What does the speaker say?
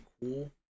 cool